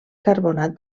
carbonat